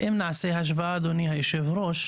אם נעשה השוואה אדוני היושב-ראש,